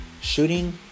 shooting